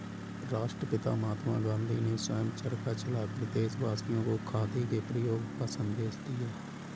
राष्ट्रपिता महात्मा गांधी ने स्वयं चरखा चलाकर देशवासियों को खादी के प्रयोग का संदेश दिया